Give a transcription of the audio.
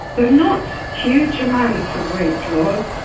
so not huge amounts of weight loss,